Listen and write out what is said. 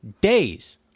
days